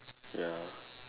ya